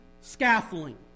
scaffolding